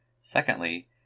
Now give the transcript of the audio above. Secondly